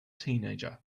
teenager